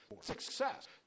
Success